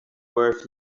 worth